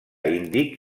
índic